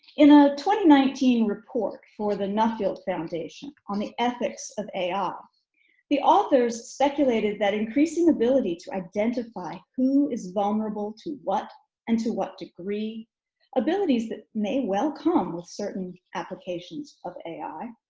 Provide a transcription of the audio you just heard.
in a twenty nineteen report for the nuffield foundation on the ethics of ar the authors speculated that increasing ability to identify who is vulnerable to what and to what degree abilities that may well come with certain applications of ai.